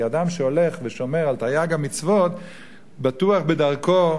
כי אדם שהולך ושומר על תרי"ג המצוות בטוח בדרכו,